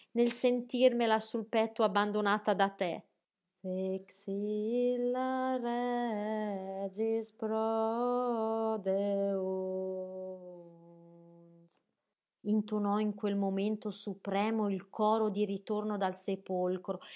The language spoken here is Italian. nel sentirmela sul petto abbandonata da te vexilla regis prodeunt intonò in quel momento supremo il coro di ritorno dal sepolcro